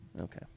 Okay